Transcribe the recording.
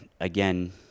again